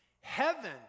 Heaven